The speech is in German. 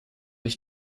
ich